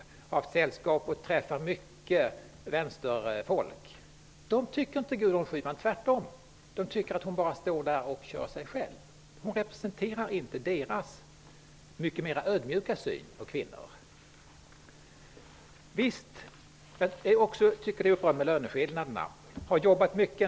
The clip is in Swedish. Jag har träffat och sällskapat med många vänsteranhängare. De tycker inte om Gudrun Schyman, tvärtom. De tycker att hon bara ger uttryck åt sig själv. Hon representerar inte deras mera ödmjuka syn på kvinnor. Också jag tycker att löneskillnaderna är uppenbara. Jag har arbetat mycket med sådana.